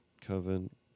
covenant